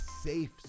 safe